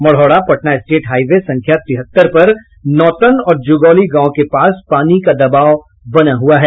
Marhaura Patna state highway संख्या तिहत्तर पर नौतन और जु़घौली गांव के पास पानी का दबाव बना हुआ है